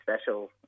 special